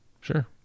Sure